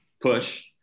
push